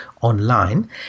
online